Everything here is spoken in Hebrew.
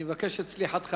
אני אבקש את סליחתך,